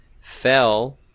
fell